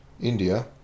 India